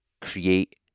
create